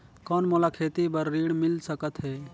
कौन मोला खेती बर ऋण मिल सकत है?